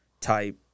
type